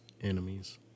enemies